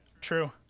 True